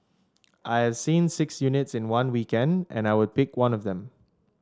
I have seen six units in one weekend and I would pick one of them